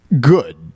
good